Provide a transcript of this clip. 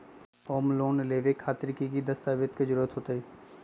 Home loan लेबे खातिर की की दस्तावेज के जरूरत होतई?